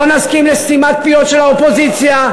לא נסכים לסתימת פיות של האופוזיציה.